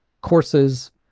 courses